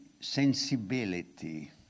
sensibility